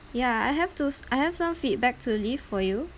ya I have to I have some feedback to leave for you